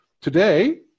Today